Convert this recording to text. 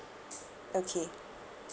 okay